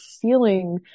feeling